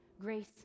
Grace